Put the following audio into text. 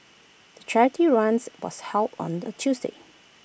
the charity runs was held on A Tuesday